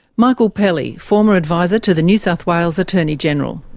michael pelly, former advisor to the new south wales attorney general.